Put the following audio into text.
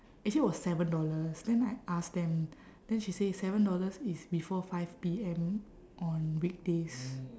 actually was seven dollars then I ask them then she say seven dollars is before five P_M on weekdays